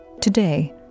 Today